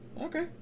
Okay